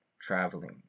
traveling